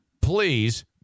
please